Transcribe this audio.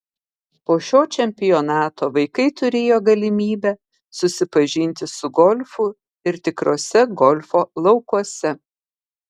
po šio čempionato vaikai turėjo galimybę susipažinti su golfu ir tikruose golfo laukuose